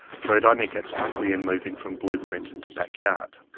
for it only gets ugly in moving from blueprint to backyard.